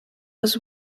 was